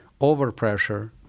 overpressure